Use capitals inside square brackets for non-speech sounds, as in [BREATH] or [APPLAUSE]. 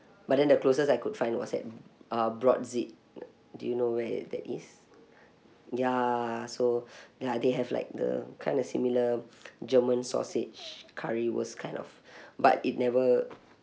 but then the closest I could find was at uh brotzeit do you know where that is ya so [BREATH] ya they have like the kind of similar [BREATH] german sausage currywurst kind of [BREATH] but it never